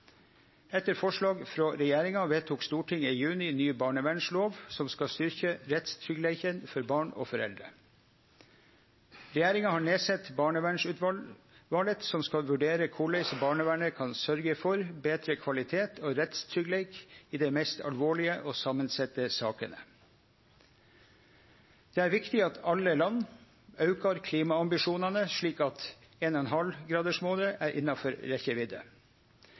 Etter forslag frå regjeringa vedtok Stortinget i juni ny barnevernslov som skal styrkje rettstryggleiken for barn og foreldre. Regjeringa har nedsett barnevernsutvalet, som skal vurdere korleis barnevernet kan sørgje for betre kvalitet og rettstryggleik i dei mest alvorlege og samansette sakene. Det er viktig at alle land aukar klimaambisjonane, slik at